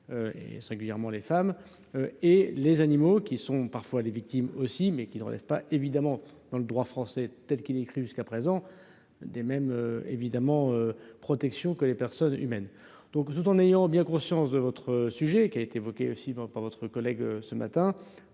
et singulièrement les femmes et les animaux qui sont parfois les victimes aussi, mais qui ne relèvent pas évidemment dans le droit français tels qu'il est écrit : jusqu'à présent des mêmes évidemment protection que les personnes humaines donc tout en ayant bien conscience de votre sujet qui a été évoqué aussi pas votre collègue, ce matin,